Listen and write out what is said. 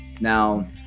now